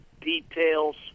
details